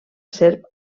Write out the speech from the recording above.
serp